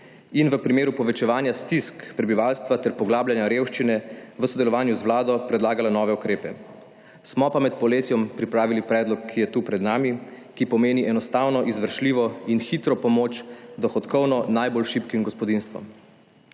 in v primeru povečevanja stisk prebivalstva ter poglabljanja revščine v sodelovanju z Vlado predlagala nove ukrepe. Smo pa med poletjem pripravili predlog, ki je tu pred nami, ki pomeni enostavno izvršljivo in hitro pomoč dohodkovno najbolj šibkim gospodinjstvom.